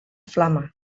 flama